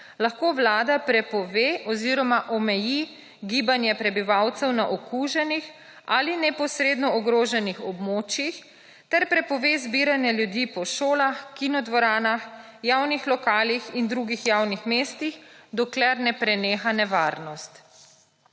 lahko Vlada prepove oziroma omeji gibanje prebivalcev na okuženih ali neposredno ogroženih območjih ter prepove zbiranje ljudi po šolah, kinodvoranah, javnih lokalih in drugih javnih mestih, dokler ne preneha nevarnost.